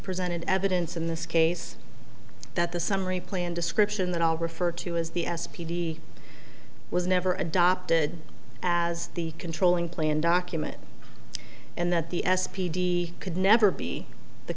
presented evidence in this case that the summary plan description that all refer to as the s p d was never adopted as the controlling plan document and that the s p d could never be the